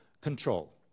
control